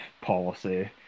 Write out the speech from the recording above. policy